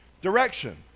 direction